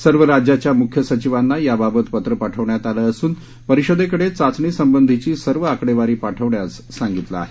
सर्व राज्याच्या मुख्य सचिवांना याबाबत पत्र पाठवण्यात आलं असून परिषदेकडे चाचणीसंबंधीची सर्व आकडेवारी पाठवण्यास सांगितलं आहे